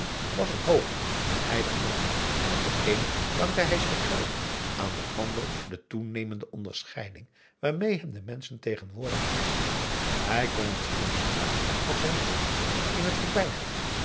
was een hoog en heilig man aan den een dankte hij zijn geld aan den ander de toenemende onderscheiding waarmee hem de menschen tegenwoordig behandelden hij kon het zien op straat als ze hem groetten in t voorbijgaan